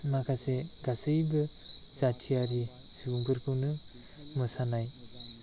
माखासे गासैबो जाथियारि सुबुंफोरखौनो मोसानाय